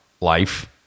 life